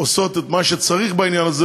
עושות את מה שצריך בעניין הזה,